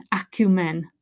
acumen